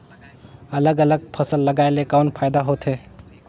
अलग अलग फसल लगाय ले कौन फायदा होथे?